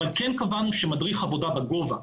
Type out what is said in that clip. אבל כן קבענו שמדריך עבודה בגובה,